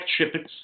shippings